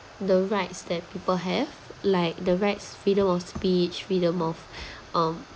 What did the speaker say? the rights that people have like the rights freedom of speech freedom of um